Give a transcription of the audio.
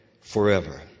forever